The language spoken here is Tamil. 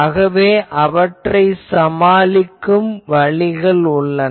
ஆகவே அவற்றை சமாளிக்கும் வழிகள் உள்ளன